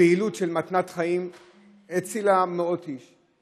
הפעילות של מתנת חיים הצילה מאות איש.